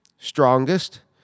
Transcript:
strongest